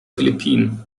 philippinen